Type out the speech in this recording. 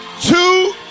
two